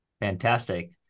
Fantastic